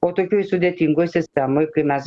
o tokioj sudėtingoj sistemoj kai mes